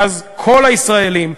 ואז כל הישראלים,